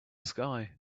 sky